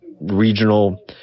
regional